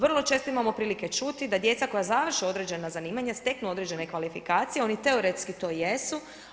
Vrlo često imamo prilike čuti da djeca koja završe određena zanimanja steknu određene kvalifikacije, oni teoretski to jesu.